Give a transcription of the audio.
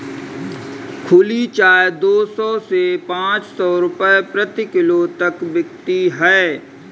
खुली चाय दो सौ से पांच सौ रूपये प्रति किलो तक बिकती है